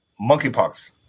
monkeypox